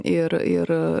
ir ir